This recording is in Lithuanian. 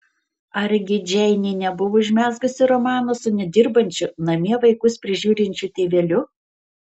argi džeinė nebuvo užmezgusi romano su nedirbančiu namie vaikus prižiūrinčiu tėveliu